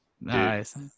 Nice